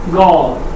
god